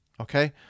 Okay